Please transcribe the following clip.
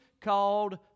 called